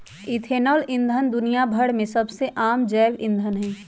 ethanol ईंधन दुनिया भर में सबसे आम जैव ईंधन हई